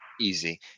easy